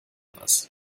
was